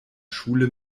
schule